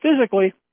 physically